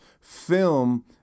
film